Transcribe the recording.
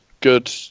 good